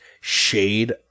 shade